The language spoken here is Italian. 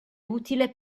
utile